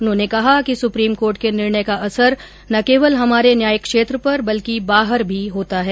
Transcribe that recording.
उन्होंने कहा कि सुप्रीम कोर्ट के निर्णय का असर न केवल हमारे न्यायिक क्षेत्र पर बल्कि बाहर भी होता है